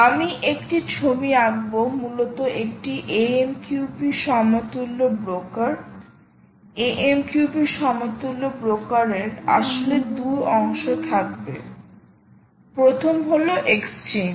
আমি একটি ছবি আঁকবো মূলত একটি AMQP সমতুল্য ব্রোকার AMQP সমতুল্য ব্রোকারের আসলে 2 অংশ থাকবে প্রথম হল এক্সচেঞ্জ